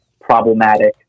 problematic